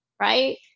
right